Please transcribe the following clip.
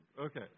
Okay